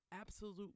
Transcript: absolute